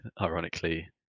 ironically